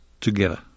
together